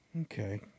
Okay